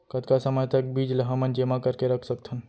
कतका समय तक बीज ला हमन जेमा करके रख सकथन?